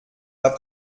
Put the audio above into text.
pas